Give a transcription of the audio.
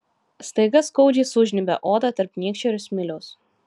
staiga skaudžiai sužnybia odą tarp nykščio ir smiliaus